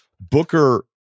Booker